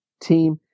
team